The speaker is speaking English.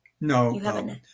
No